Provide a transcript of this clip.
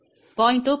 2 j 0